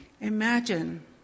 Imagine